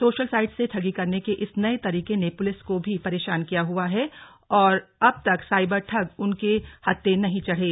social sites से ठगी करने के इस नए तरीके ने पुलिस को भी परेशान किया हुआ है और अब तक साइबर ठग उनके हत्थे नहीं चढ़े